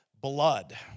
blood